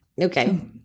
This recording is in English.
Okay